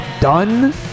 done